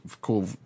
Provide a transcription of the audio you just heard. cool